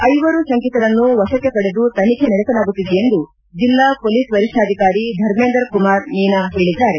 ಐವರು ಶಂಕಿತರನ್ನು ವಶಕ್ಕೆ ಪಡೆದು ತನಿಖೆ ನಡೆಸಲಾಗುತ್ತಿದೆ ಎಂದು ಜಿಲ್ಲಾ ಮೊಲೀಸ್ ವರಿಷ್ಠಾಧಿಕಾರಿ ಧರ್ಮೇಂದರ್ ಕುಮಾರ್ ಮೀನಾ ಹೇಳಿದ್ದಾರೆ